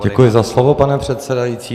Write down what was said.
Děkuji za slovo, pane předsedající.